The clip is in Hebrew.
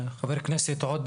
חבר הכנסת עודה,